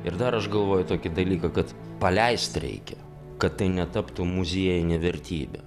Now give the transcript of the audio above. ir dar aš galvoju tokį dalyką kad paleist reikia kad tai netaptų muziejinė vertybė